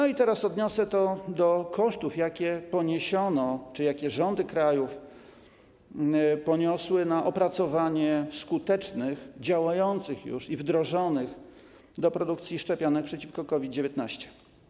I teraz odniosę to do kosztów, jakie poniesiono czy jakie rządy krajów poniosły na opracowanie skutecznych, działających już i wdrożonych do produkcji szczepionek przeciw COVID-19.